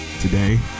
today